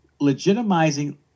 legitimizing